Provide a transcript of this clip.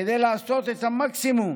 כדי לעשות את המקסימום